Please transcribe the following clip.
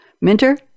Minter